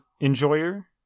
enjoyer